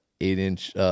eight-inch –